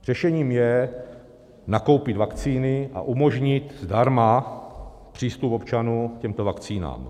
Řešením je nakoupit vakcíny a umožnit zdarma přístup občanů k těmto vakcínám.